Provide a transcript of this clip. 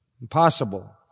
impossible